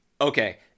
Okay